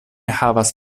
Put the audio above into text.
havas